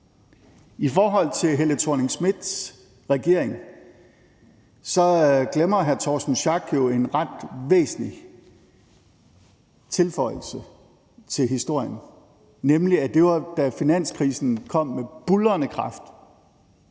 I forhold til Helle Thorning-Schmidts regering glemmer hr. Torsten Schack Pedersen jo en ret væsentlig tilføjelse til historien, nemlig at det var, da finanskrisen kom med buldrende kraft